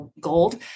gold